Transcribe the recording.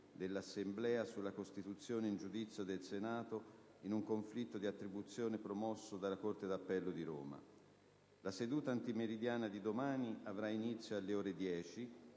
dell'Assemblea sulla costituzione in giudizio del Senato in un conflitto di attribuzione promosso dalla corte d'appello di Roma. La seduta antimeridiana di domani avrà inizio alle ore 10